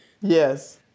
Yes